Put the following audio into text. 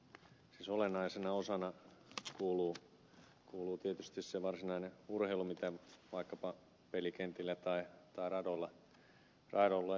siis olennaisena osana kuuluu tietysti se varsinainen urheilu mitä vaikkapa pelikentillä tai radoilla tapahtuu